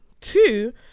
Two